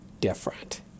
different